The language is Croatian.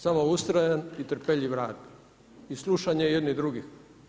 Samo ustrajan i trpeljiv rad i slušanje jedni drugih.